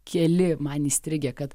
keli man įstrigę kad